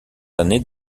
années